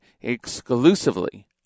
exclusively